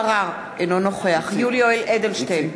אינו נוכח יולי יואל אדלשטיין,